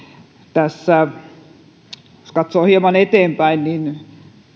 tässä jos katsoo hieman eteenpäin niin